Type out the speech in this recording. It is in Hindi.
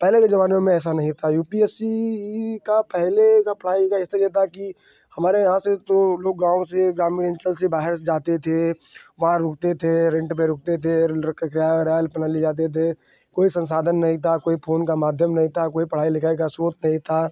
पहले के ज़माने में ऐसा नहीं था यू पी एस सी का पहले का पढ़ाई का स्तर यह था कि हमारे यहाँ से तो लोग गाँव से ग्रामीण अँचल से बाहर जाते थे वहाँ रुकते थे रेन्ट पर रुकते थे और किराया ओराया अपना ले जाते थे कोई सँसाधन नहीं था कोई फ़ोन का माध्यम नहीं था कोई पढ़ाई लिखाई का स्रोत नहीं था